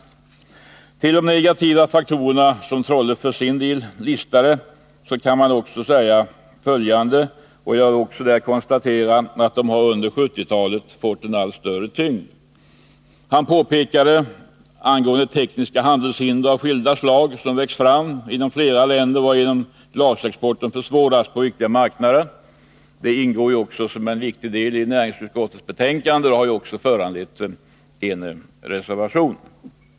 Till de negativa faktorer som af Trolle för sin del listade kan man lägga följande, som också under 1970-talet har fått allt större tyngd. Tekniska handelshinder av skilda slag har växt fram inom flera länder, varigenom glasexporten försvårats på viktiga marknader. Detta ingår som en viktig del i näringsutskottets betänkande, och det har också föranlett en reservation.